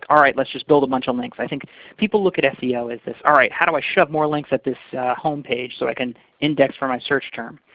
alright, let's just build a bunch of links. i think people look at at seo as this alright, how do i shove more links at this home page, so i can index for my search term?